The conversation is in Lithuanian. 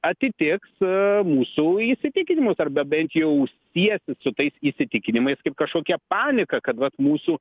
atitiks mūsų įsitikinimus arba bent jau siesis su tais įsitikinimais kaip kažkokia panika kad vat mūsų